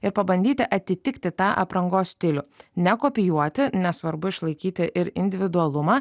ir pabandyti atitikti tą aprangos stilių nekopijuoti nes svarbu išlaikyti ir individualumą